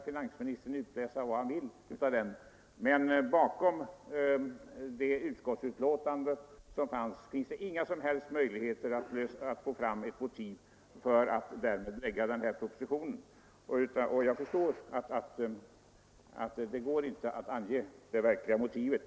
Finansministern må utläsa vad han vill av den debatten, men ur det betänkande som förelåg finns det inga som helst möjligheter att få fram ett motiv för den här propositionen. Men jag förstår att det inte går att ange det verkliga motivet.